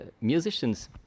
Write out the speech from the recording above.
musicians